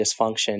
dysfunction